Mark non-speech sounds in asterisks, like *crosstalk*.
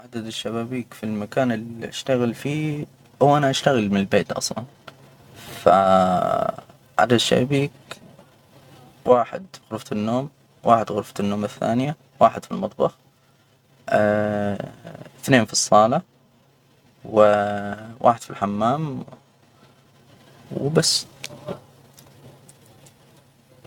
وعدد الشبابيك في المكان اللي اشتغل فيه؟ هو انا اشتغل من البيت اصلا، فعدد الشبابيك، واحد فى غرفة النوم، واحد فى غرفة النوم الثانية، واحد في المطبخ. *hesitation* إثنين في الصالة، وواحد في الحمام، وبس.